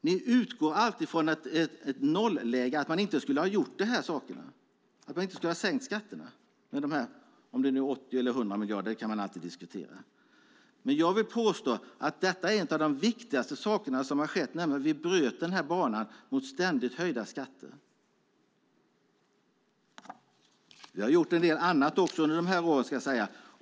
Ni utgår alltid från ett nolläge, att vi inte skulle ha sänkt skatterna med dessa 80 eller 100 miljarder. Man kan alltid diskutera hur mycket det är. Jag vill påstå att detta är en av de viktigaste sakerna som har skett. Vi bröt banan mot ständigt höjda skatter. Vi har gjort en del annat också under de här åren.